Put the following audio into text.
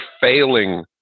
failing